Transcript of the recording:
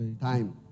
Time